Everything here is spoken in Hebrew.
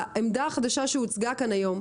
העמדה החדשה שהוצגה כאן היום,